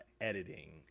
editing